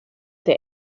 der